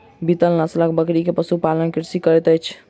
बीतल नस्लक बकरी के पशु पालन कृषक करैत अछि